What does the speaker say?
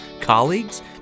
colleagues